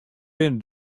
binne